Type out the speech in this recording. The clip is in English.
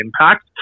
impact